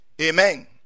Amen